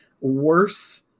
worse